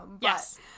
yes